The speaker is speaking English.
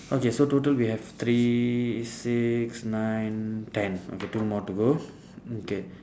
okay so total we have three six nine ten okay two more to go okay